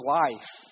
life